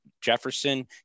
Jefferson